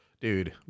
dude